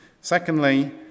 Secondly